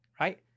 right